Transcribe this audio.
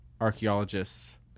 archaeologists